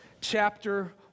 chapter